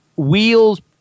Wheels